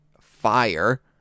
fire